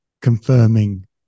confirming